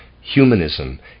humanism